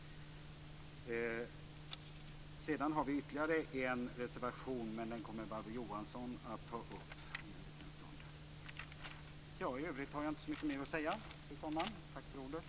Vi har ytterligare en reservation, men den kommer Barbro Johansson att ta upp om en stund.